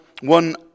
one